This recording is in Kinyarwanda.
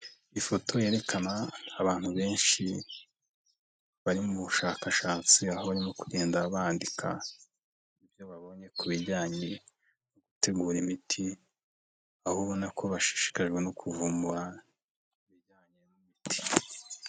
Ifoto yerekana abantu benshi bari mu bushakashatsi, aho barimo kugenda bandika ibyo babonye ku bijyanye no gutegura imiti, aho ubona ko bashishikajwe no kuvu, bura ibijyanye n'imiti.